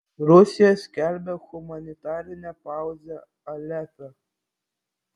rusija skelbia humanitarinę pauzę alepe